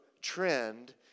trend